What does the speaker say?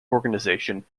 organization